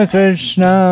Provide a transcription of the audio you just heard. Krishna